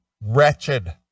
wretched